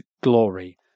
glory